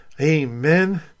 Amen